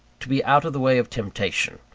to be out of the way of temptation!